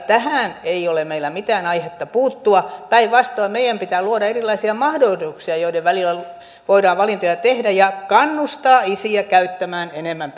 tähän ei ole meillä mitään aihetta puuttua päinvastoin meidän pitää luoda erilaisia mahdollisuuksia joiden välillä voidaan valintoja tehdä ja kannustaa isiä käyttämään enemmän